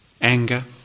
anger